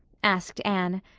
asked anne.